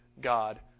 God